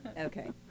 Okay